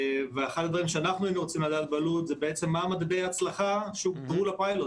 אחד הדברים שאנחנו היינו רוצים לדעת הוא מה מדדי ההצלחה שהוגדרו לפיילוט